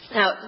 Now